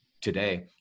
today